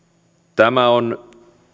tämä on